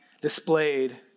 displayed